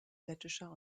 lettischer